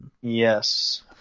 Yes